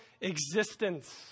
existence